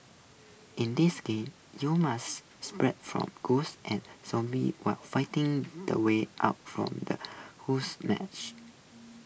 in this game you must from ghosts and zombies while finding the way out from the whose match